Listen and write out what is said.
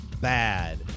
bad